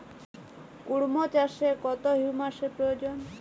কুড়মো চাষে কত হিউমাসের প্রয়োজন?